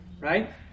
Right